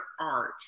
art